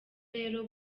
rero